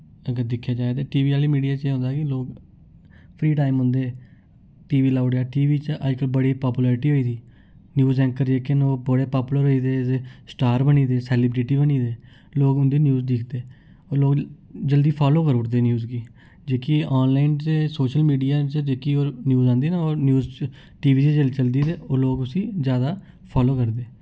अगर दिक्खेआ जाए ते टीवी आह्ली मीडिया च एह् होंदा कि लोक फ्री टाइम उं'दे टीवी लाई ओड़ेआ टीवी च अजकल बड़ी पापुलैरिटी होई दी न्यूज एंकर जेह्के न ओ बड़े पापुलर होई गेदे स्टार बनी गेदे सेलिब्रिटी बनी गेदे लोक उंदी न्यूज दिखदे और लोक जल्दी फालो करी ओड़दे न्यूज गी जेह्की आनलाइन च सोशल मीडिया च जेह्की और न्यूज औंदी ना और न्यूज च टीवी च चलदी ते ओह् लोक उस्सी जैदा फालो करदे